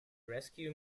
rescue